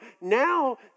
Now